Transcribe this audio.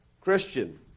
Christian